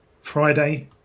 Friday